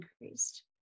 increased